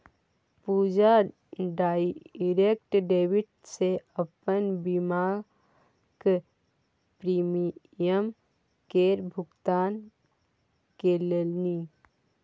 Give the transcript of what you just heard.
पूजा direct debit सँ अपन बीमाक प्रीमियम केर भुगतान केलनि